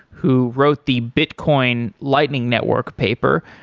who wrote the bitcoin lightning network paper.